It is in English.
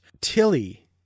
Tilly